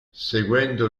seguendo